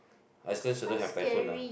Iceland shouldn't have typhoon ah